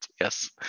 yes